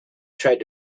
tried